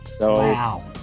Wow